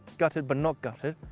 gutted, but not gutted.